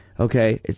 Okay